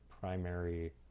primary